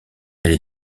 elle